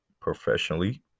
professionally